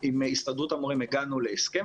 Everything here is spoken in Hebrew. עם הסתדרות המורים הגענו להסכם,